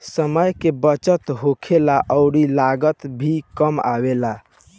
समय के बचत होखेला अउरी लागत भी कम आवेला